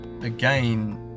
again